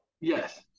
Yes